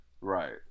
Right